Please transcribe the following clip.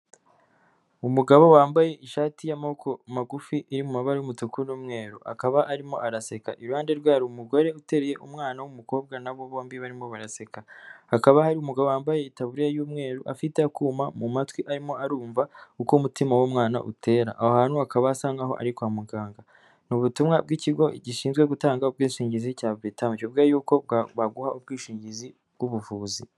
Umugabo wambaye ishati y'amaboko magufi iri mu mabara y'umutuku n'umweru akaba arimo araseka, iruhande rwe hari umugore utereye umwana w'umukobwa nabo bombi barimo baraseka, hakaba hari umugabo wambaye itaburiya y'umweru afite akuma mu matwi arimo arumva uko umutima w'umwana utera, aho hantu hakaba hasa nk'aho ari kwa muganga. Ni ubutumwa bw'ikigo gishinzwe gutanga ubwishingizi cya buritamu kivuga yuko baguha ubwishingizi bw'ubuvuzi.